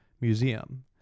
Museum